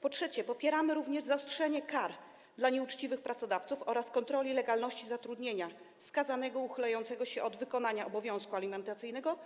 Po trzecie, popieramy również zaostrzanie kar dla nieuczciwych pracodawców oraz kontroli legalności zatrudnienia skazanego uchylającego się od wykonania obowiązku alimentacyjnego,